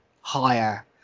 higher